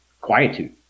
quietude